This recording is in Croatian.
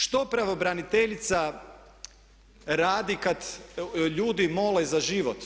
Što pravobraniteljica radi kad ljudi mole za život?